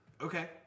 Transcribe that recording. Okay